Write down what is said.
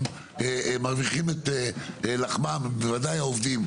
הם מרווחים את לחמם ביושר, בוודאי העובדים.